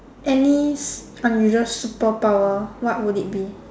any unusual superpower what would it be